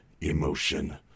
emotion